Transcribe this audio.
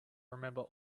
remember